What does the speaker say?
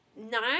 nine